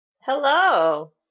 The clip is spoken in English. hello